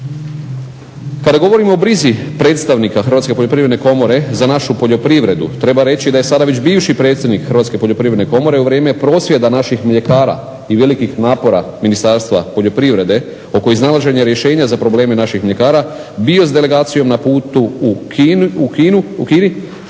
Kada govorimo o brizi predstavnika Hrvatske poljoprivredne komore za našu poljoprivredu treba reći da je sada već bivši predsjednik Hrvatske poljoprivredne komore u vrijeme prosvjeda naših mljekara i velikih napora Ministarstva poljoprivrede oko iznalaženja rješenja za probleme naših mljekara bio s delegacijom na putu u Kini što